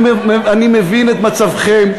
אני מבין את מצבכם,